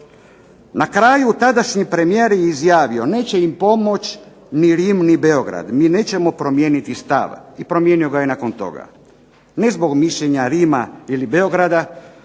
Na kraju tadašnji premijer je izjavio neće im pomoći ni Rim, ni Beograd, mi nećemo promijeniti stav. I promijenio ga je nakon toga. Ne zbog mišljenja Rima ili Beograda,